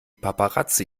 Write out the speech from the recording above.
paparazzi